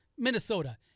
Minnesota